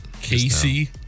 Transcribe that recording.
Casey